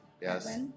yes